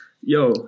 yo